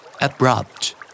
Abrupt